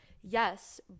yes